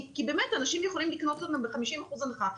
כי אנשים יכולים לקנות אותם ב-50% הנחה,